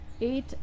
eight